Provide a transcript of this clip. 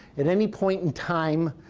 at any point in time,